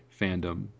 fandom